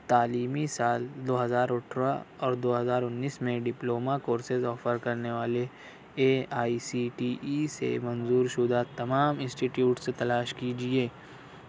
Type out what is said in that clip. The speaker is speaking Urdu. تعلیمی سال دو ہزار اٹھرہ اور دو ہزار انّیس میں ڈپلوما کورسز آفر کرنے والے A I C T E سے منظور شدہ تمام انسٹیٹیوٹس تلاش کیجیے